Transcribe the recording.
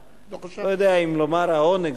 אני לא יודע אם לומר העונג,